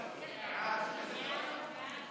68 והוראת